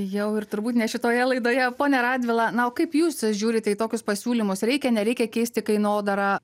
jau ir turbūt ne šitoje laidoje pone radvila na o kaip jūs žiūrite į tokius pasiūlymus reikia nereikia keisti kainodarą